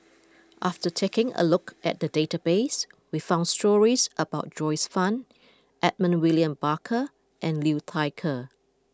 after taking a look at the database we found stories about Joyce Fan Edmund William Barker and Liu Thai Ker